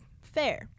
fair